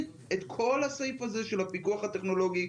את כל הסעיף הזה של הפיקוח הטכנולוגי.